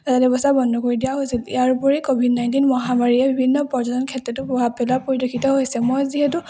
যাতায়ত ব্যৱস্থা বন্ধ কৰি দিয়া হৈছিল ইয়াৰ উপৰিও ক'ভিড নাইণ্টিন মহামাৰীয়ে বিভিন্ন পৰ্যটন ক্ষেত্ৰতো প্ৰভাৱ পেলোৱা পৰিলক্ষিত হৈছে মই যিহেতু